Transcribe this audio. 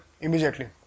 immediately